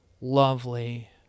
lovely